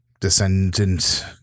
descendant